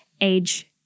age